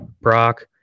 Brock